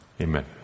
amen